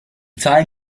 zahlen